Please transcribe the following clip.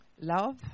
love